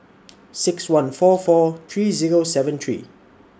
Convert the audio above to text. six one four four three Zero seven three